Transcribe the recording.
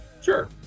Sure